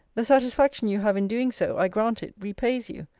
the satisfaction you have in doing so, i grant it, repays you.